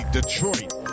Detroit